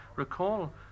recall